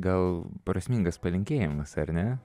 gal prasmingas palinkėjimas ar ne